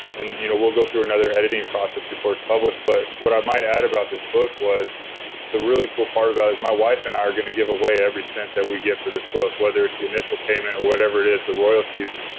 and you know we'll go through another editing process before it's published but what i might add about this book was the really cool part about is my wife and i are going to give away every cent that we get for this book, whether it's the initial payment or whatever it is, the royalties,